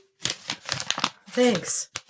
Thanks